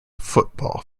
football